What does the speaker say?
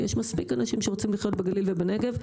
יש מספיק אנשים שרוצים לחיות בגליל ובנגב,